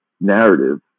narrative